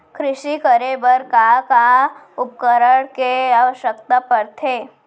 कृषि करे बर का का उपकरण के आवश्यकता परथे?